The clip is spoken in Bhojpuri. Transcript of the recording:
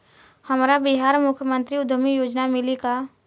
हमरा बिहार मुख्यमंत्री उद्यमी योजना मिली का?